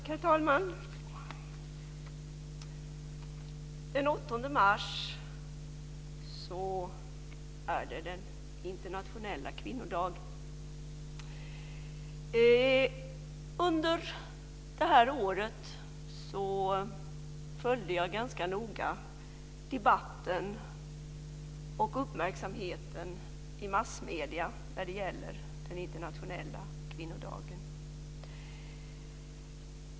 Herr talman! Den 8 mars är internationella kvinnodagen. Under det här året har jag ganska noga följt debatten och uppmärksamheten i massmedierna kring internationella kvinnodagen.